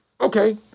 Okay